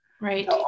right